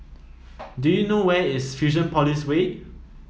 do you know where is Fusionopolis Way